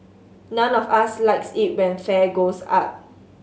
none of us likes it when fare goes up